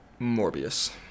Morbius